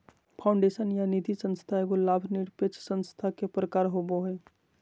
foundation या निधिसंस्था एगो लाभ निरपेक्ष संस्था के प्रकार होवो हय